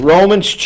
Romans